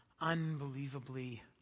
unbelievably